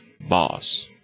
boss